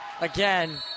again